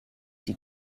die